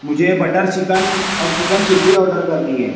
مجھے butter chicken اور chicken chilli order کرنی ہے